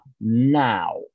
now